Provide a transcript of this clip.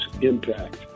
impact